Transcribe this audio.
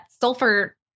sulfur